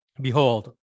Behold